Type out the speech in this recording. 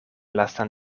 lastan